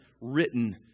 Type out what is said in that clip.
written